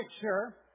picture